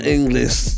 English